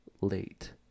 late